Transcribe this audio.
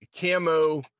camo